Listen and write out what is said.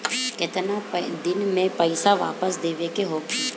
केतना दिन में पैसा वापस देवे के होखी?